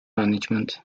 management